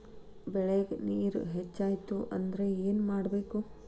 ಬೆಳೇಗ್ ನೇರ ಹೆಚ್ಚಾಯ್ತು ಅಂದ್ರೆ ಏನು ಮಾಡಬೇಕು?